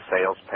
sales